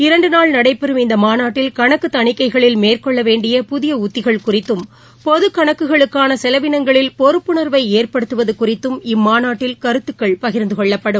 இரண்டு நாள் நடைபெறும் இந்த மாநாட்டில் கணக்கு தணிக்கைகளில் மேற்கொள்ள வேண்டிய புதிய உத்திகள் குறித்தும் பொதுக் கணக்குகளுக்கான செலவினங்களில் பொறுப்புணர்வை ஏற்படுத்துவது குறித்தும் இம்மாநாட்டில் கருத்துக்கள் பகிர்ந்து கொள்ளப்படும்